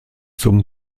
zum